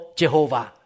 Jehovah